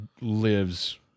lives